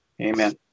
Amen